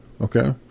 Okay